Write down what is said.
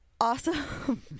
awesome